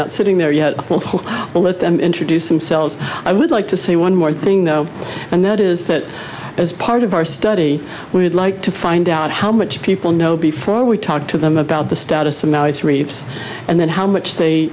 not sitting there yet all of them introduce themselves i would like to say one more thing though and that is that as part of our study we would like to find out how much people know before we talk to them about the status of now it's reefs and then how much they